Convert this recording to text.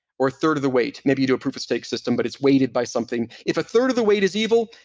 or a third of the weight. maybe you do a proof of stake system, but it's weighted by something. if a third of the weight is evil,